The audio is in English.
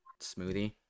smoothie